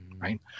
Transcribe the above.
right